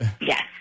Yes